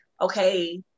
okay